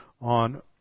on